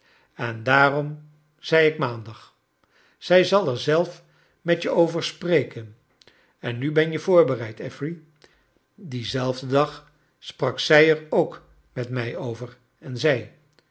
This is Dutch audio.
en daarom zei ik maandag zij zal er zelf met je over spreken en nu ben je voorbereid affery dien zelfden dag sprak zij er ook met mij over en zei